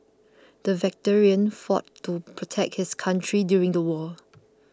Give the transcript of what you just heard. the veteran fought to protect his country during the war